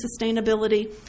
sustainability